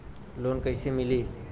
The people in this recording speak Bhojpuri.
लोन कइसे मिलि?